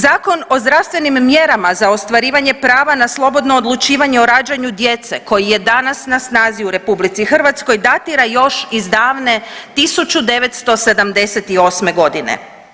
Zakon o zdravstvenim mjerama za ostvarivanje prava na slobodno odlučivanje o rađanju djece koji je danas na snazi u RH datira još iz davne 1978. godine.